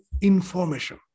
information